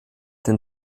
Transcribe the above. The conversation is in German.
den